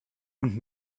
und